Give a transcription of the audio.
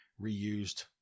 reused